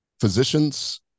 physicians